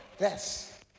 Yes